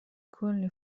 کلی